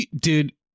Dude